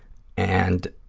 and